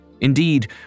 Indeed